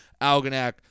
Algonac